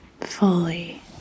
fully